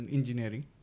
Engineering